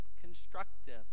constructive